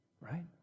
Right